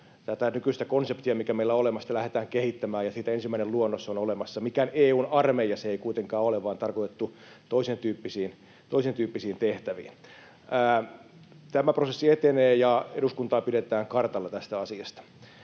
tätä nykyistä konseptia, mikä meillä on olemassa, lähdetään kehittämään, ja siitä ensimmäinen luonnos on olemassa. Mikään EU:n armeija se ei kuitenkaan ole, vaan se on tarkoitettu toisentyyppisiin tehtäviin. Tämä prosessi etenee, ja eduskuntaa pidetään kartalla tästä asiasta.